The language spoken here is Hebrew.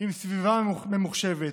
עם סביבה ממוחשבת,